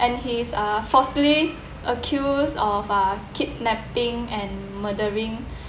and he is uh falsely accused of uh kidnapping and murdering